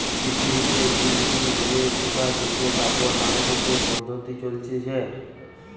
পৃথিবীতে যুগ যুগ ধরে সুতা থেকে কাপড় বনতিছে পদ্ধপ্তি চলতিছে